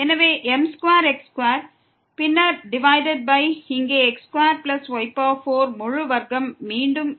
எனவே m2 x2 பின்னர் divided by இங்கே x2y4 ஹோல் ஸ்கொயர்